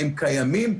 הם קיימים.